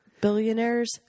billionaires